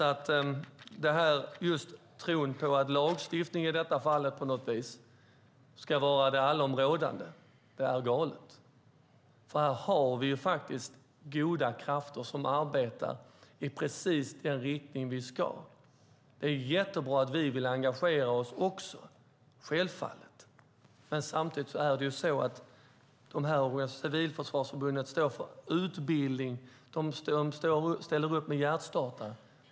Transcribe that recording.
Att tro att lagstiftning i detta fall ska vara det allområdande är galet, för här har vi faktiskt goda krafter som arbetar i precis den riktning vi ska. Det är självfallet jättebra att vi också vill engagera oss. Men samtidigt är det så att Civilförsvarsförbundet står för utbildning, och de ställer upp med hjärtstartare.